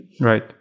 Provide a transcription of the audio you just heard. right